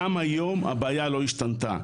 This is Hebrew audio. גם היום הבעיה לא השתנתה,